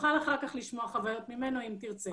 תוכל לשמוע אחר כך חוויות ממנו, אם תרצה.